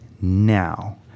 now